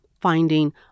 finding